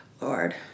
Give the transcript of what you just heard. Lord